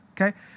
okay